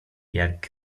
jak